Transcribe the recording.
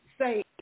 say